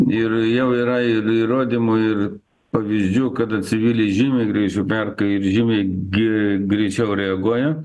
ir jau yra ir įrodymų ir pavyzdžių kada civiliai žymiai greičiau perka ir žymiai gi greičiau reaguoja